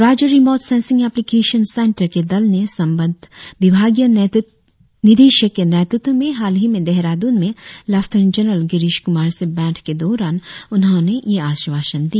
राज्य remote sensing application centre के दल ने संबंद्ध विभागीय निदेशक के नेतृत्व में हाल ही में देहरादुन में लेफ्टिनेंट जनरल गिरिश कुमार से भेंट के दौरान उन्होंने यह आश्वासन दिया